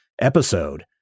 episode